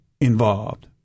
involved